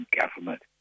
government